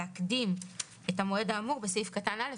להקדים את המועד האמור בסעיף קטן (א).